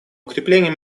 укрепление